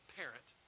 parent